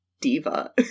Diva